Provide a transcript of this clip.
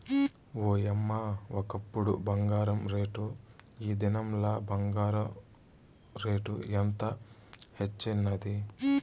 ఓయమ్మ, ఒకప్పుడు బంగారు రేటు, ఈ దినంల బంగారు రేటు ఎంత హెచ్చైనాది